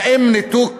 האם ניתוק